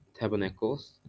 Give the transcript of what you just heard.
tabernacles